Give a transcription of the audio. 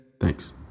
Thanks